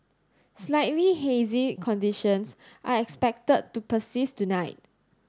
slightly hazy conditions are expected to persist tonight